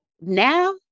Now